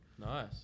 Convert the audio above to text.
nice